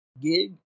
gig